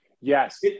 Yes